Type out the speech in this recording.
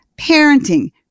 Parenting